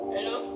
Hello